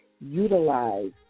utilize